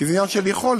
כי זה עניין של יכולת,